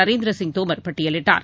Narendra Singh Tomar பட்டியிலிட்டார்